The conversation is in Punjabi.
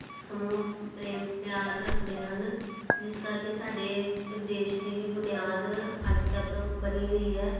ਸਮੂਹ ਪ੍ਰੇਮ ਪਿਆਰ ਰੱਖਦੇ ਹਨ ਜਿਸ ਕਰਕੇ ਸਾਡੇ ਦੇਸ਼ ਦੀ ਵੀ ਬੁਨਿਆਦ ਅੱਜ ਤੱਕ ਬਣੀ ਹੋਈ ਹੈ